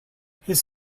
his